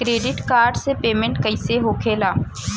Credit card से payment कईसे होखेला?